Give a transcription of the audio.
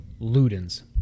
Ludens